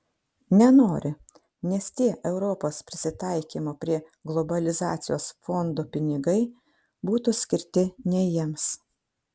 nenori nes tie europos prisitaikymo prie globalizacijos fondo pinigai būtų skirti ne jiems